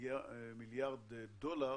305 מיליארד דולר